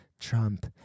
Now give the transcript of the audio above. Trump